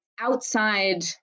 outside